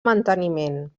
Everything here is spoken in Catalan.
manteniment